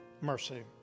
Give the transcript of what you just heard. mercy